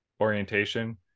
orientation